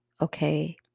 okay